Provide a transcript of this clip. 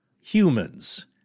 humans